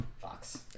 Fox